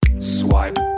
swipe